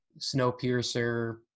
Snowpiercer